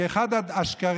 כי אחד השקרים,